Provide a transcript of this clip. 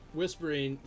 whispering